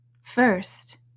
First